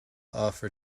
offer